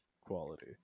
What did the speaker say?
quality